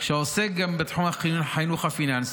שעוסק גם בתחום החינוך הפיננסי.